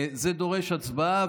זה דורש הצבעה,